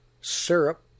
syrup